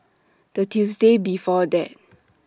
The Tuesday before that